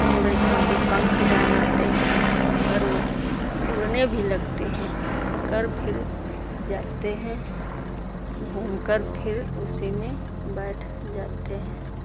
उड़ उनके पंख जम आते हैं पंख जमकर वह उड़ने भी लगते हैं उड़कर फिर जाते हैं घूमकर फिर उसी बैठ जाते हैं